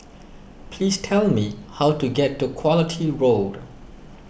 please tell me how to get to Quality Road